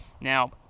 Now